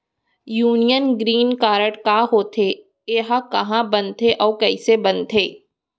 Union green card का होथे, एहा कहाँ बनथे अऊ कइसे बनथे?